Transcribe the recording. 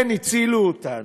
כן, הצילו אותנו.